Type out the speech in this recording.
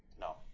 No